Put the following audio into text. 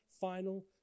final